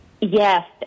Yes